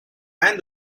and